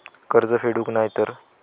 कर्ज फेडूक नाय तर?